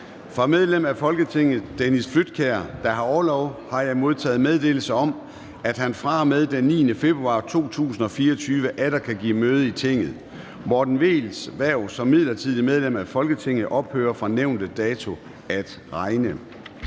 Fra medlem af Folketinget Dennis Flydtkjær (DD), der har orlov, har jeg modtaget meddelelse om, at han fra og med den 9. februar 2024 atter kan give møde i Tinget. Morten Vehls (DD) hverv som midlertidigt medlem af Folketinget ophører fra nævnte dato at regne.